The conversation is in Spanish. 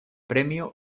premio